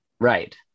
Right